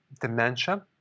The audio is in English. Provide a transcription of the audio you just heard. dementia